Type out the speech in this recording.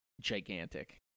gigantic